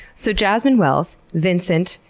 so jasmine wells, vincent,